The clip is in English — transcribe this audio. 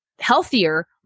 healthier